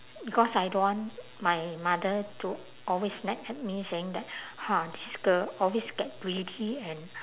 because I don't want my mother to always nag at me saying that ha this girl always get greedy and